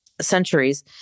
centuries